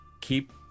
Keep